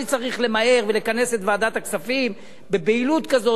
צריך למהר ולכנס את ועדת הכספים בבהילות כזאת?